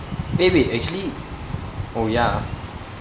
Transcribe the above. eh wait actually oh ya ah